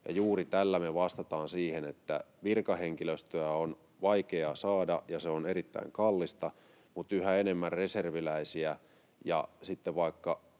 ja juuri tällä me vastataan siihen, että virkahenkilöstöä on vaikea saada ja se on erittäin kallista, mutta yhä enemmän reserviläisiä